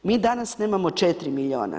Mi danas nemamo 4 milijuna.